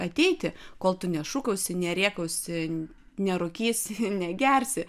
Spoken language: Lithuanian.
ateiti kol tu nešūkausi nerėkausi nerūkysi negersi